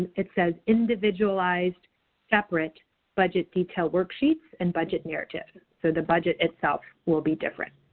it says individualized separate budget detail worksheets and budget narrative. so the budget itself will be different.